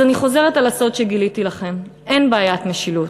אז אני חוזרת על הסוד שגיליתי לכם: אין בעיית משילות.